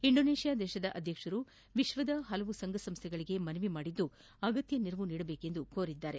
ಇಂಡೋನೇಷಿಯಾದ ಅಧ್ಯಕ್ಷರು ವಿಶ್ವದ ವಿವಿಧ ಸಂಘಸಂಸ್ಥೆಗಳಿಗೆ ಮನವಿ ಮಾಡಿ ಅಗತ್ಯ ನೆರವು ನೀಡಬೇಕೆಂದು ಕೋರಿದ್ದಾರೆ